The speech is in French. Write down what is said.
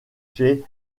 chez